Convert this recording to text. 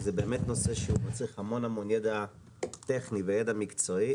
כי זה באמת נושא שמצריך המון ידע טכני וידע מקצועי.